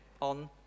on